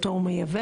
מי נגד?